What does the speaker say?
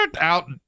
Out